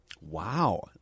Wow